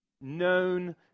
known